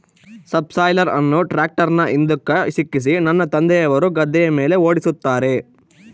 subsoiler ಅನ್ನು ಟ್ರ್ಯಾಕ್ಟರ್ನ ಹಿಂದುಕ ಸಿಕ್ಕಿಸಿ ನನ್ನ ತಂದೆಯವರು ಗದ್ದೆಯ ಮೇಲೆ ಓಡಿಸುತ್ತಾರೆ